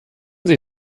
sie